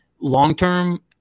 long-term